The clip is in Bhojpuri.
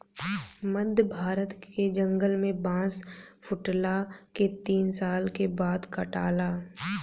मध्य भारत के जंगल में बांस फुटला के तीन साल के बाद काटाला